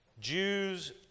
Jews